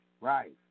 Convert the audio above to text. Right